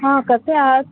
हा कसे आहात